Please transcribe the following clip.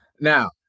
Now